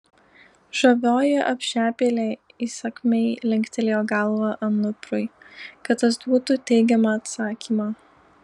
žavioji apšepėlė įsakmiai linktelėjo galva anuprui kad tas duotų teigiamą atsakymą